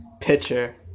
Pitcher